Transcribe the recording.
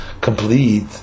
complete